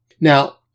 Now